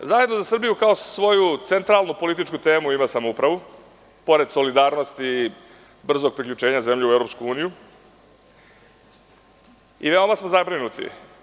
Zajedno za Srbiju kao svoju centralnu političku temu ima samoupravu, pored solidarnosti, brzog priključenja zemlje u EU, i veoma smo zabrinuti.